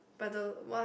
but the one